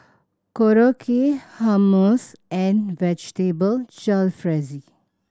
Korokke Hummus and Vegetable Jalfrezi